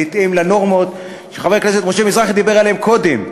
בהתאם לנורמות שחבר הכנסת משה מזרחי דיבר עליהן קודם.